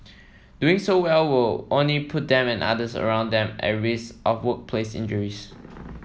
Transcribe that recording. doing so will only put them and others around them at risk of workplace injuries